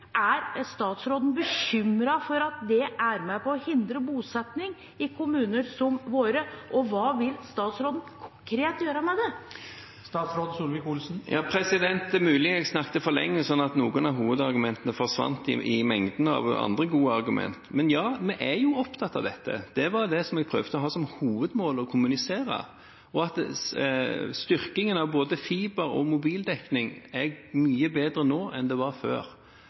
er: Er statsråden bekymret for at det er med på å hindre bosetting i kommuner som våre, og hva vil statsråden konkret gjøre med det? Det er mulig jeg snakket for lenge, slik at noen av hovedargumentene forsvant i mengden av andre gode argumenter. Men ja, vi er opptatt av dette. Det var det jeg prøvde å ha som hovedmål å kommunisere, og at styrkingen av både fiber- og mobildekningen er mye bedre nå enn den var før.